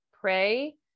pray